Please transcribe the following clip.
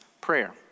prayer